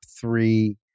three